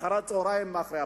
אחר-הצהריים אחרי הבחירות.